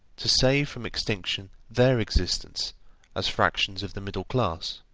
to save from extinction their existence as fractions of the middle class.